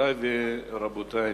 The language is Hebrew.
גבירותי ורבותי,